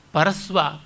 Paraswa